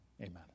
amen